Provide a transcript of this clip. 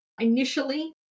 initially